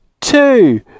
two